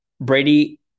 Brady